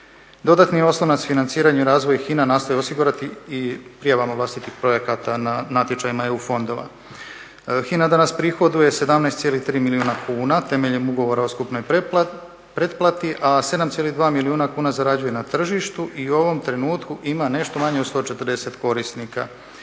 Dodatni oslonac financiranju i razvoju HINA-e nastoji osigurati i prijavama vlastitih projekata na natječajima EU fondova. HINA danas prihoduje 17,3 milijuna kuna temeljem ugovora o skupnoj pretplati, a 7,2 milijuna kuna zarađuje na tržištu i u ovom trenutku ima nešto manje od 140 korisnika.